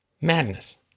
Madness